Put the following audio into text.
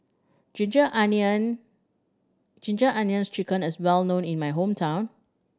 ginger onion Ginger Onions Chicken is well known in my hometown